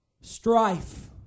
Strife